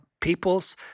peoples